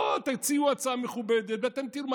בואו, תציעו הצעה מכובדת ואתם תראו.